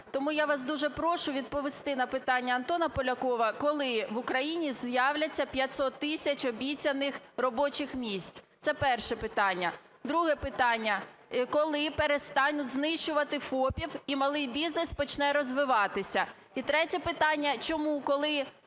Тому я вас дуже прошу відповісти на питання Антона Полякова, коли в Україні з'являться 500 тисяч обіцяних робочих місць? Це перше питання. Друге питання. Коли перестануть знищувати ФОПів і малий бізнес почне розвиватися? І третє питання. Чому, коли